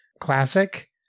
Classic